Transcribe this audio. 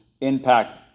impact